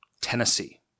Tennessee